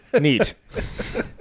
neat